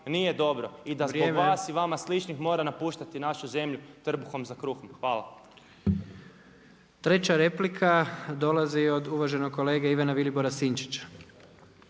nije dobro i da zbog vas i vama sličnih mora napuštati našu zemlju trbuhom za kruhom. Hvala. **Jandroković, Gordan (HDZ)** Treća replika dolazi od uvaženog kolege Ivana Vilibora Sinčića.